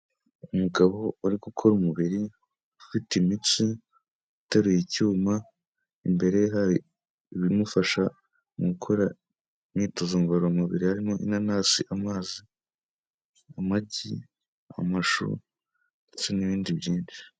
Umugabo uri gukora umubiri ufite imitsi, uteruye icyuma, imbere hari ibimufasha mu gukora imyitozo ngororamubiri harimo inanasi, amazi, amagi, amashu ndetse n'ibindi byinshi.